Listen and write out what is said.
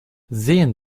sehen